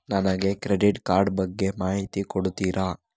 ನನಗೆ credit card ಬಗ್ಗೆ ಮಾಹಿತಿ ಕೊಡುತ್ತೀರಾ?